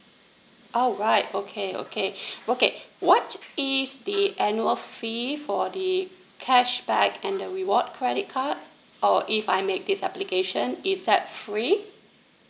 alright okay okay okay what is the annual fee for the cashback and the reward credit card or if I make this application is that free